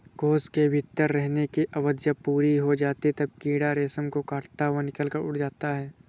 कोश के भीतर रहने की अवधि जब पूरी हो जाती है, तब कीड़ा रेशम को काटता हुआ निकलकर उड़ जाता है